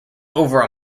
over